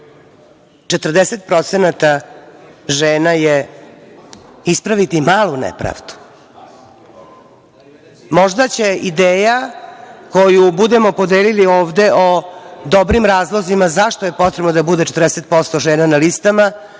40% žena je, ispraviti malu nepravdu. Možda će ideja koju budemo podelili ovde o dobrim razlozima, zašto je potrebno da bude 40% žena na listama